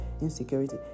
insecurity